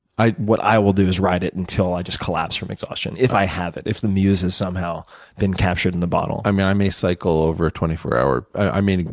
what i will do is ride it until i just collapse from exhaustion. if i have it. if the muse has somehow been captured in the bottle. i mean, i may cycle over a twenty four hour i mean,